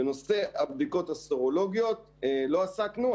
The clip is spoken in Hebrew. בנושא הבדיקות הסרולוגיות לא עסקנו.